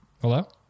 Hello